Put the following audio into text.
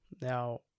now